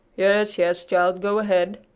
yes, yes, child. go ahead,